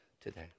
today